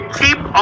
keep